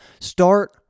Start